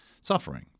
suffering